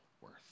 worth